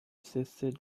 cessez